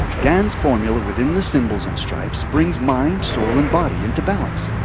gans formula within the symbols and stripes springs mind, soul, and body into balance.